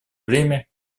время